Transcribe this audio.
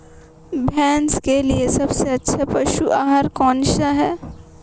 भैंस के लिए सबसे अच्छा पशु आहार कौनसा है?